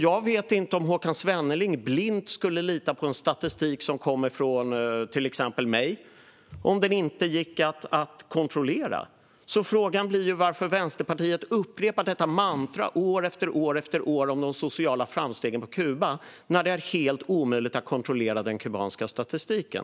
Jag vet inte om Håkan Svenneling blint skulle lita på en statistik som kommer från till exempel mig om den inte gick att kontrollera. Så frågan blir varför Vänsterpartiet år efter år upprepar detta mantra om de sociala framstegen på Kuba när det är helt omöjligt att kontrollera den kubanska statistiken.